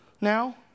now